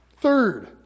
Third